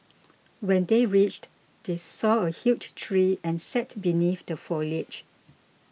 when they reached they saw a huge tree and sat beneath the foliage